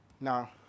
Now